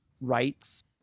rights